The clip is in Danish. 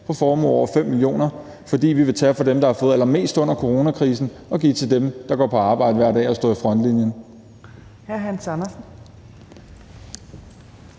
på formuer på over 5 mio. kr., fordi vi vil tage fra dem, der har fået allermest under coronakrisen, og give til dem, der går på arbejde hver dag og står i frontlinjen.